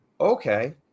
Okay